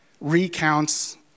recounts